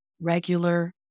regular